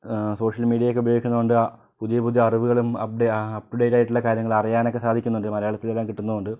ആ സോഷ്യൽ മീഡിയയൊക്കെ ഉപയോഗിക്കുന്ന കൊണ്ട് പുതിയ പുതിയ അറിവുകളും അപ്പ്ഡേ അപ്പ്റ്റുഡേറ്റയിട്ടുള്ള കാര്യങ്ങളും അറിയാനൊക്കെ സാധിക്കുന്നുണ്ട് മലയാളത്തിലെല്ലാം കിട്ടുന്നുണ്ട്